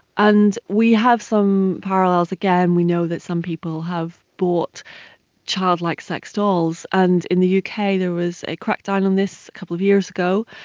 and we have some parallels again, we know that some people have bought childlike sex dolls, and in the uk there was a crackdown on this a couple of years ago.